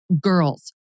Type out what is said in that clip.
girls